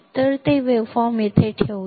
तर ते वेव्हफॉर्म येथे ठेवूया